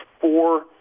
four